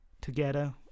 together